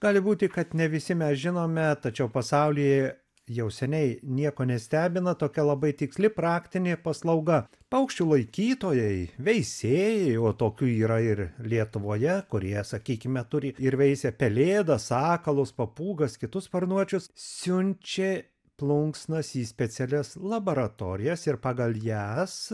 gali būti kad ne visi mes žinome tačiau pasaulyje jau seniai nieko nestebina tokia labai tiksli praktinė paslauga paukščių laikytojai veisėjai o tokių yra ir lietuvoje kurie sakykime turi ir veisia pelėdas sakalus papūgas kitus sparnuočius siunčia plunksnas į specialias laboratorijas ir pagal jas